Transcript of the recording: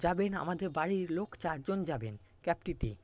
যাবেন আমাদের বাড়ির লোক চারজন যাবেন ক্যাবটিতে